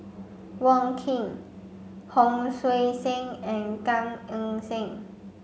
Wong Keen Hon Sui Sen and Gan Eng Seng